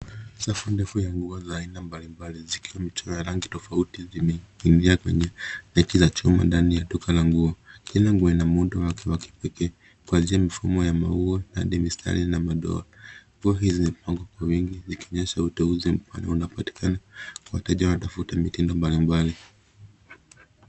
Safu ndefu ya nguo za mbalimbali zikiwa na rangi tofauti zimening'inia kwenye reki ya chuma ndani ya duka la nguo. Kila nguo ina muundo wa kipekee kuanzia mfumo wa maua hadi mistari na madoa. Nguo hizi zimepangwa kwa wingi zikionyesha uteuzi mpana unaopatikana kwa wateja wanaotafuta mitindo mbalimbali.